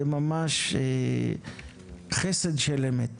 זה ממש חסד של אמת.